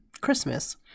Christmas